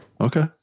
okay